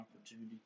opportunity